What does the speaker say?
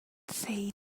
said